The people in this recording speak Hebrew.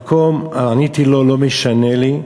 עניתי לו: לא משנה לי,